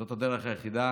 זאת הדרך היחידה